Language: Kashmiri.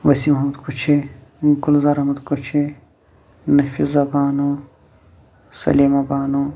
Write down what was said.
وسیٖم احمد کُچھے گُلزار احمد کُچھے نفیظا بانو سلیمہ بانو